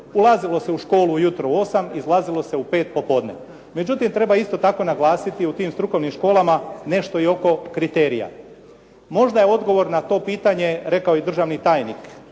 Ulazilo se u školu ujutro u 8, izlazilo se u 5 popodne. Međutim, treba isto tako naglasiti u tim strukovnim školama nešto i oko kriterija. Možda je odgovor na to pitanje rekao i državni tajnik